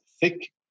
thick